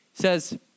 says